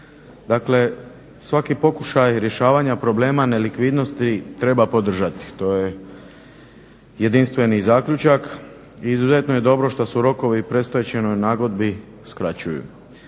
Dakle, svaki pokušaj rješavanja problema nelikvidnosti treba podržati, to je jedinstveni zaključak. Izuzetno je dobro što se rokovi o predstečajnoj nagodbi skraćuju.